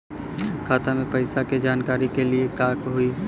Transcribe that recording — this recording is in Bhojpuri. खाता मे पैसा के जानकारी के लिए का होई?